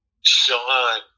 Sean